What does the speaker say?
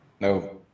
No